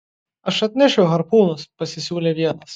aš atnešiu harpūnus pasisiūlė vienas